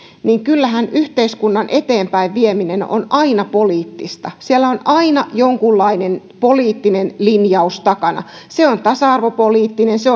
niin kyllähän yhteiskunnan eteenpäinvieminen on aina poliittista siellä on aina jonkunlainen poliittinen linjaus takana se on tasa arvopoliittinen se